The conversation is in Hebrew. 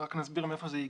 רק נסביר מאיפה זה הגיע.